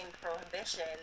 prohibition